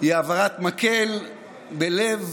היא העברת מקל בלב